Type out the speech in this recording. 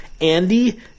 Andy